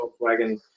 Volkswagen